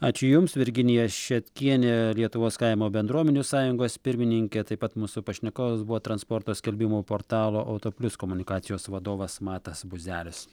ačiū jums virginija šetkienė lietuvos kaimo bendruomenių sąjungos pirmininkė taip pat mūsų pašnekovas buvo transporto skelbimų portalo autoplius komunikacijos vadovas matas buzelis